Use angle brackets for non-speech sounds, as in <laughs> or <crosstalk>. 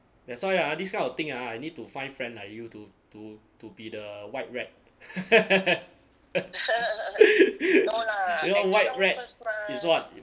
that's why ah these kind of thing ah I need to find friend like you to to to be the white rat <laughs> you know white rat is what